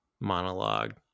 monologue